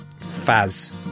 Faz